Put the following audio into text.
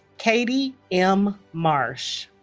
katie m. marsh